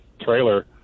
trailer